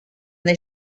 they